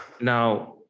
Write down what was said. Now